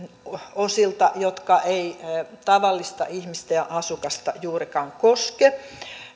osilta jotka eivät tavallista ihmistä ja asukasta juurikaan koske